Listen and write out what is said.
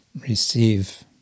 receive